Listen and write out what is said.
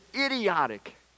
idiotic